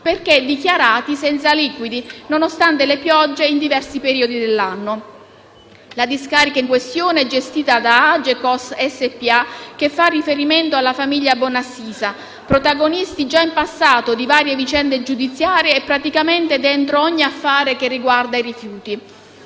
perché dichiarati senza liquidi, nonostante le piogge in diversi periodi dell'anno. La discarica in questione è gestita da Agecos SpA, che fa riferimento alla famiglia Bonassisa, protagonista già in passato di varie vicende giudiziarie e praticamente dentro ogni affare che riguarda i rifiuti.